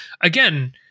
again